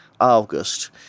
August